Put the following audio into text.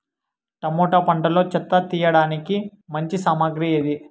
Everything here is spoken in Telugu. టమోటా పంటలో చెత్త తీయడానికి మంచి సామగ్రి ఏది?